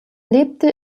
lebte